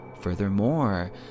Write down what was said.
Furthermore